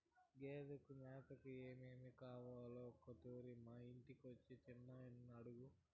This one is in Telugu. గేదెలు మేతకు ఏమేమి కావాలో ఒకతూరి మా ఇంటికొచ్చి చిన్నయని అడుగు